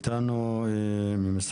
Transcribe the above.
כל האנשים נדבקו מעופות חולים.